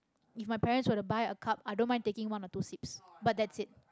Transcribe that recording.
if my parents want to buy a cup I don't mind taking one or two seeps but that's it